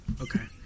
Okay